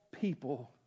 people